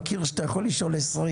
אני יודע שאתה יכול לשאול גם עשרים.